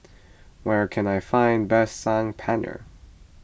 where can I find best Saag Paneer